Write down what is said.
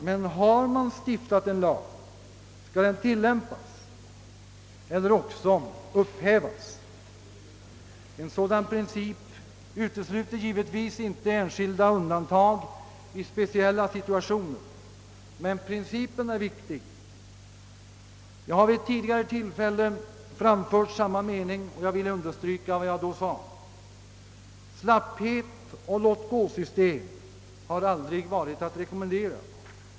Men har vi stiftat en lag, så skall den tillämpas. Annars skall den upphävas. En sådan princip utesluter givetvis inte enskilda undantag i speciella situationer, men principen är viktig. Jag har vid ett tidigare tillfälle framfört samma mening, och jag vill nu upprepa vad jag då sade, nämligen att slapphet och låtgå-system aldrig har varit att rekommendera.